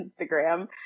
Instagram